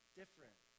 different